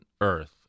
earth